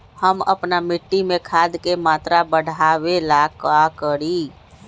हम अपना मिट्टी में खाद के मात्रा बढ़ा वे ला का करी?